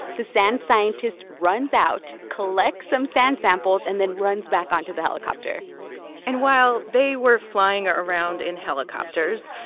the sand scientist runs out, collects some sand samples and then runs back onto the helicopter and while they were flying ah around in helicopters,